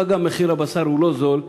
מה גם שמחיר הבשר אינו זול.